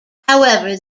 however